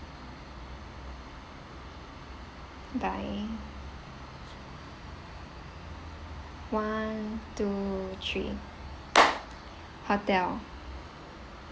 bye one two three hotel